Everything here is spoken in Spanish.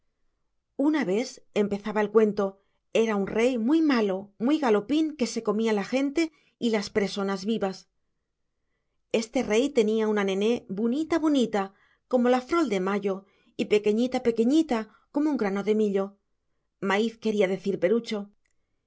una ves empezaba el cuento era un rey muy malo muy galopín que se comía la gente y las presonas vivas este rey tenía una nené bunita bunita como la frol de mayo y pequeñita pequeñita como un grano de millo